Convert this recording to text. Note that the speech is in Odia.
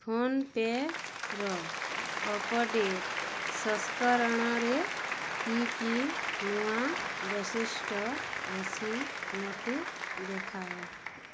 ଫୋନ୍ପେର ଅପଡ଼େଟ୍ ସଂସ୍କରଣରେ କି କି ନୂଆ ବୈଶିଷ୍ଟ୍ୟ ଅଛି ମୋତେ ଦେଖାଅ